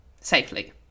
safely